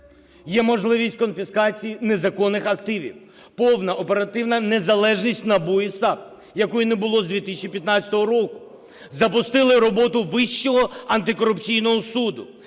є можливість конфіскації незаконних активів, повна оперативна незалежність НАБУ і САП, якої не було з 2015 року, запустили роботу Вищого антикорупційного суду,